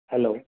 hello